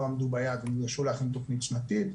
עמדו ביעד ונדרשו להכין תכנית שנתית.